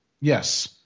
Yes